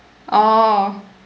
oh